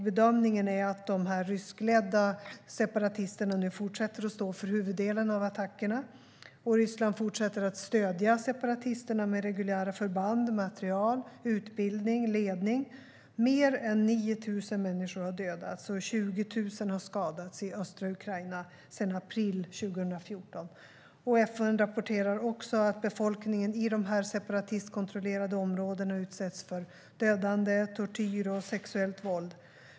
Bedömningen är att de ryskledda separatisterna fortsätter att stå för huvuddelen av attackerna, och Ryssland fortsätter att stödja separatisterna med reguljära förband, material, utbildning och ledning. Mer än 9 000 människor har dödats och 20 000 har skadats i östra Ukraina sedan april 2014. FN rapporterar också att befolkningen i de separatistkontrollerade områdena utsätts för dödande, tortyr och sexuellt våld.